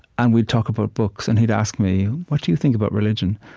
and we'd talk about books. and he'd ask me, what do you think about religion?